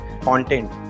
content